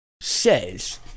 says